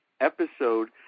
episode